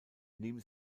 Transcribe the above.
neben